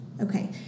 okay